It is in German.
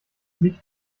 licht